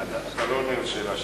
אתה לא עונה על השאלה שלי.